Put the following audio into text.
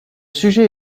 sujet